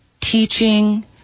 teaching